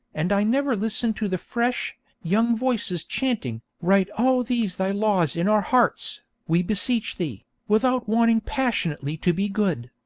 and i never listen to the fresh, young voices chanting write all these thy laws in our hearts, we beseech thee without wanting passionately to be good.